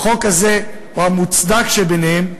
החוק הזה הוא המוצדק שבהם,